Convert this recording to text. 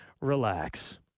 relax